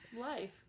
life